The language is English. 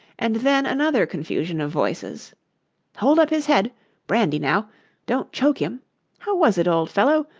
and then another confusion of voices hold up his head brandy now don't choke him how was it, old fellow?